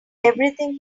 everything